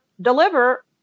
deliver